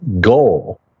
goal